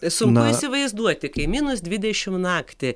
sunku įsivaizduoti kai minus dvidešim naktį